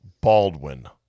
Baldwin